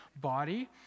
body